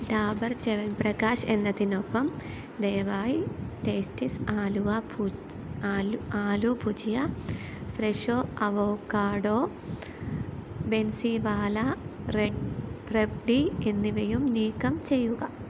ഡാബർ ച്യവൻപ്രകാശ് എന്നതിനൊപ്പം ദയവായി ടേസ്റ്റീസ് ആലുവ ആലു ഭുജിയ ഫ്രെഷോ അവോക്കാഡോ ബൻസിവാല റെവ്ഡി എന്നിവയും നീക്കം ചെയ്യുക